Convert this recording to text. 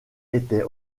était